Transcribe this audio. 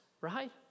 right